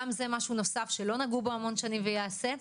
גם זה משהו נוסף שלא נגעו בו המון שנים וייעשה.